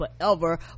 forever